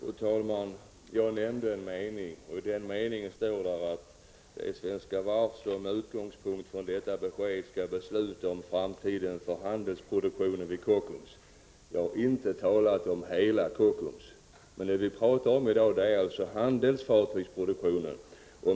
Fru talman! Jag nämnde en mening, och i den sägs att det är Svenska Varv som med utgångspunkt från detta besked skall besluta om framtiden för handelsfartygsproduktionen vid Kockums. Jag har inte talat om hela Kockums. Det vi pratar om i dag är handelsfartygsproduktionen.